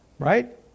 Right